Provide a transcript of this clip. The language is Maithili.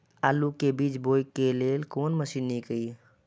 आलु के बीज बोय लेल कोन मशीन नीक ईय?